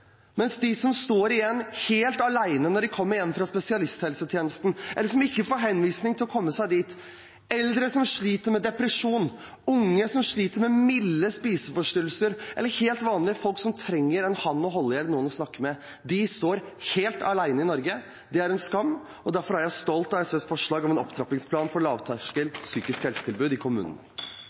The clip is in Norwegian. som står igjen helt alene når de kommer hjem fra spesialisthelsetjenesten, eller som ikke får henvisning til å komme seg dit – eldre som sliter med depresjon, unge som sliter med milde spiseforstyrrelser, eller helt vanlige folk som trenger en hand å holde i eller noen å snakke med. De står helt alene i Norge. Det er en skam, og derfor er jeg stolt av SVs forslag om en opptrappingsplan for lavterskel psykisk helsetilbud i kommunene.